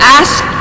ask